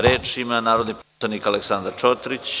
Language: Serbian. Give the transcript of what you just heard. Reč ima narodni poslanik Aleksandar Čotrić.